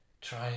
try